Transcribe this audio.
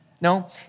No